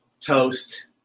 toast